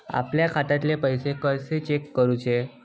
आपल्या खात्यातले पैसे कशे चेक करुचे?